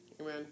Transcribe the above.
Amen